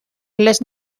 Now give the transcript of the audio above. les